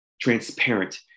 transparent